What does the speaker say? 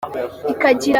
ikagira